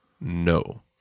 no